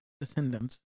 descendants